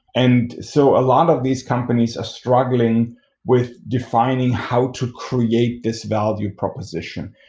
and so a lot of these companies are struggling with defining how to create this value proposition.